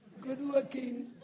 good-looking